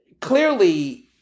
clearly